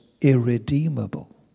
irredeemable